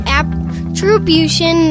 attribution